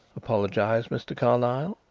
apologised mr. carlyle.